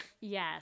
Yes